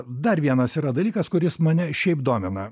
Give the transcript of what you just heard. dar vienas yra dalykas kuris mane šiaip domina